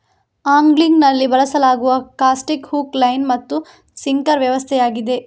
ಆಂಗ್ಲಿಂಗಿನಲ್ಲಿ ಬಳಸಲಾಗುವ classic hook, line ಮತ್ತು sinker ವ್ಯವಸ್ಥೆಯಾಗಿದೆ